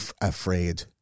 afraid